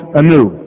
anew